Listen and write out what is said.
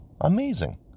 amazing